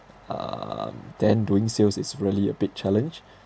um then doing sales is really a big challenge